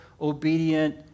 obedient